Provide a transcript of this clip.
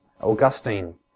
Augustine